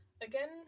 Again